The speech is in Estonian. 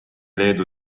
leedu